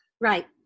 Right